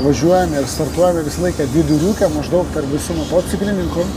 važiuojame ir startuojame visą laiką viduriuke maždaug tarp visų motociklininkų